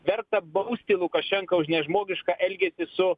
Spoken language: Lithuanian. verta baust lukašenką už nežmogišką elgesį su